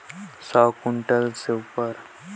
Society म धान बिक्री करे बर हमला कतना करे परही?